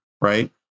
right